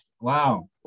wow